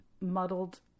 muddled